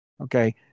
okay